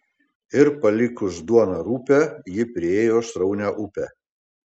ir palikus duoną rupią ji priėjo sraunią upę